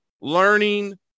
learning